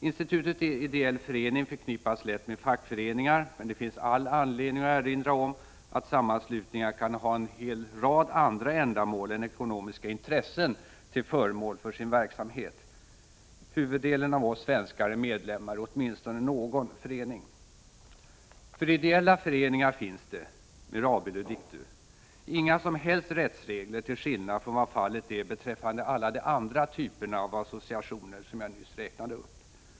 Institutet ideell förening förknippas lätt med fackföreningar, men det finns all anledning att erinra om att sammanslutningar kan ha en hel rad andra ändamål än ekonomiska intressen till föremål för sin verksamhet. Huvuddelen av oss svenskar är medlemmar i åtminstone någon förening. För ideella föreningar finns det — mirabile dictu — inga som helst rättsregler, till skillnad från vad fallet är beträffande alla de andra typerna av associationer som jag nyss räknade upp.